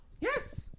Yes